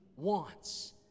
wants